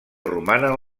romanen